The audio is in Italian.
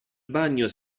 bagno